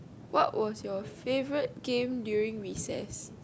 what was your favourite game during recess